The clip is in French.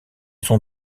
sont